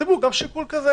תכתבו גם שיקול כזה